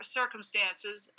circumstances